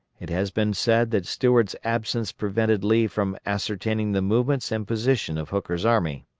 it has been said that stuart's absence prevented lee from ascertaining the movements and position of hooker's army.